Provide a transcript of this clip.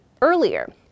earlier